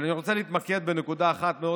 אבל אני רוצה להתמקד בנקודה אחת מאוד